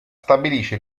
stabilisce